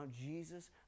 Jesus